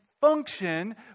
function